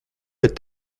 est